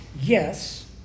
Yes